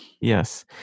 Yes